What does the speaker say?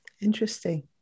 Interesting